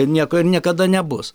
nieko ir niekada nebus